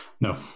No